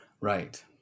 Right